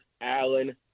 Allen